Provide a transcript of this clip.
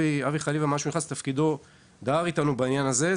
שאבי חליבה נכנס לתפקידו הוא דהר איתנו בעניין הזה,